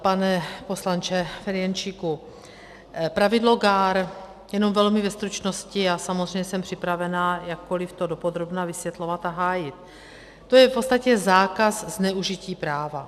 Pane poslanče Ferjenčíku, pravidlo GAAR jenom velmi ve stručnosti, já samozřejmě jsem připravena jakkoliv to dopodrobna vysvětlovat a hájit to je v podstatě zákaz zneužití práva.